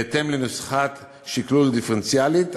בהתאם לנוסחת שקלול דיפרנציאלית,